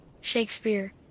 Shakespeare